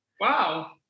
Wow